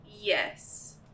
yes